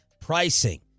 pricing